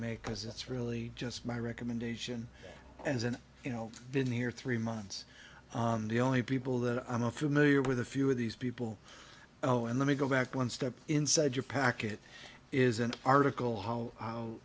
make because it's really just my recommendation as an you know been here three months the only people that i'm not familiar with a few of these people oh and let me go back one step inside your packet is an article how